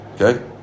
Okay